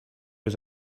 was